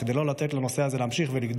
וכדי לא לתת לנושא הזה להמשיך ולגדול